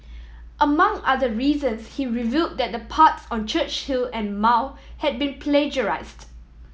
among other reasons he revealed that the parts on Churchill and Mao had been plagiarised